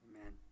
Amen